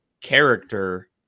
character